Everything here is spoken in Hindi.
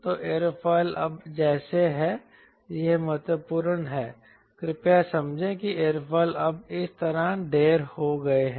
तो एयरोफिल्स अब जैसे हैं यह महत्वपूर्ण है कृपया समझें कि एयरोफिल अब इस तरह ढेर हो गए हैं